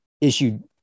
issued